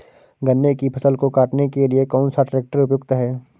गन्ने की फसल को काटने के लिए कौन सा ट्रैक्टर उपयुक्त है?